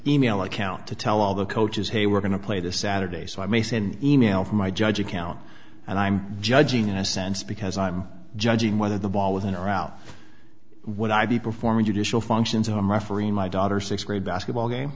email account to tell all the coaches hey we're going to play this saturday so i may send e mail from my judge account and i'm judging in a sense because i'm judging whether the ball isn't around when i be performing judicial functions on referee my daughter sixth grade basketball game